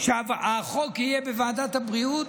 כשהחוק יהיה בוועדת הבריאות,